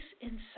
inside